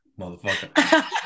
Motherfucker